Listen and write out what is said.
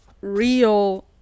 real